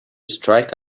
strike